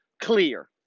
clear